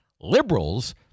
liberals